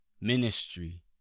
ministry